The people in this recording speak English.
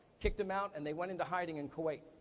kicked him out, and they went into hiding in kuwait.